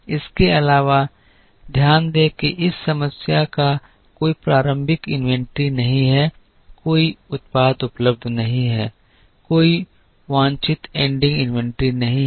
इसके अलावा ध्यान दें कि इस समस्या का कोई प्रारंभिक इन्वेंट्री नहीं है कोई उत्पाद उपलब्ध नहीं है कोई वांछित एंडिंग इन्वेंट्री नहीं है